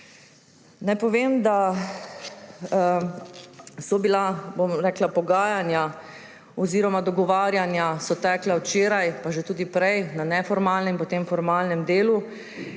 Naj povem, da so pogajanja oziroma dogovarjanja tekla včeraj pa že tudi prej na neformalnem in potem formalnem delu